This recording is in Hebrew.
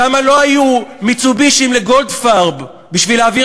שם לא היו "מיצובישים" לגולדפרב בשביל להעביר